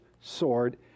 sword